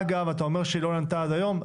אגב, אתה אומר שהיא לא נענתה עד היום.